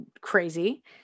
crazy